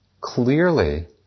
clearly